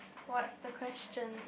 what's the question